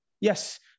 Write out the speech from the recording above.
Yes